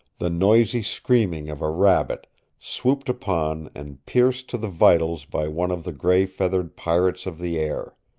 the noisy screaming of a rabbit swooped upon and pierced to the vitals by one of the gray-feathered pirates of the air.